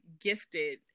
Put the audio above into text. gifted